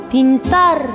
Pintar